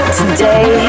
today